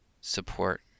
support